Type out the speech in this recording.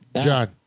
John